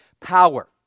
power